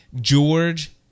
George